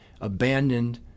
abandoned